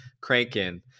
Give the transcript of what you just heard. cranking